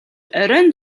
оройн